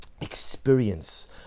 experience